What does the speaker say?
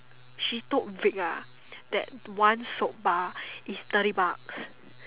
she told Vic ah that one soap bar is thirty bucks